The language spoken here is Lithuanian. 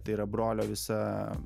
tai yra brolio visa